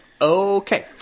Okay